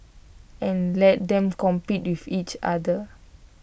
and let them compete with each other